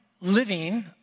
living